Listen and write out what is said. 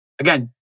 Again